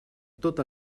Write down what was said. tot